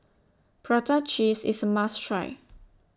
Prata Cheese IS A must Try